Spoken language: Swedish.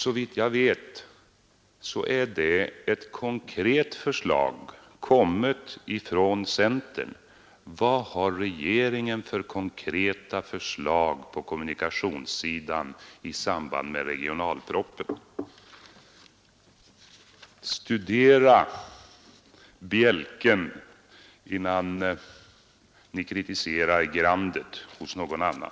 Det är ett konkret förslag kommet från centern. Vad har regeringen för konkreta förslag på kommunikationssidan i samband med regionalpropositionen? Studera bjälken i Ert eget öga innan Ni kritiserar grandet hos någon annan!